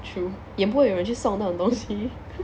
true 也不会有人去送那种东西